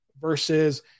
versus